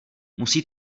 musí